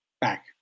back